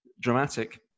dramatic